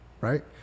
right